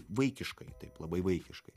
vaikiškai taip labai vaikiškai